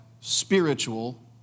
spiritual